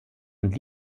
und